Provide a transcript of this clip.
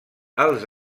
els